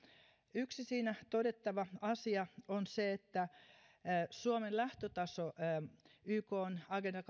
yksi siinä todettava asia on se että suomen lähtötaso ykn agenda